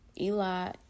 Eli